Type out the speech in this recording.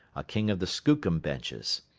a king of the skookum benches.